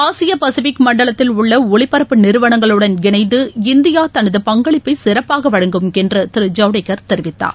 ஆசிய பசிபிக் மன்டலத்தில் உள்ளஒலிபரப்பு நிறுவனங்களுடன் இனைந்து இந்தியாதனது பங்களிப்பைசிறப்பாகவழங்கும் என்றுதிரு ஜவடேகர் தெரிவித்தார்